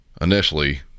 Initially